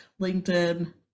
LinkedIn